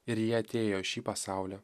ir ji atėjo į šį pasaulį